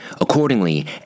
Accordingly